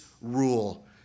rule